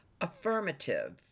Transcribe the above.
Affirmative